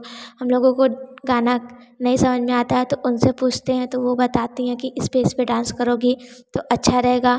हम लोगों को गाना नहीं समझ में आता है तो उनसे पूछते हैं तो वह बताती है कि इस पर इस पर डांस करोगी तो अच्छा रहेगा